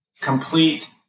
complete